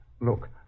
Look